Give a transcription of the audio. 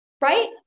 right